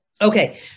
Okay